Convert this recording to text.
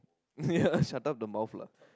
ya shut up the mouth lah